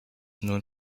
known